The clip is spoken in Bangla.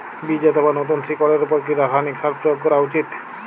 বীজ অথবা নতুন শিকড় এর উপর কি রাসায়ানিক সার প্রয়োগ করা উচিৎ?